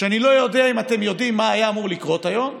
שאני לא יודע אם אתם יודעים מה היה אמור לקרות היום,